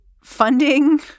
funding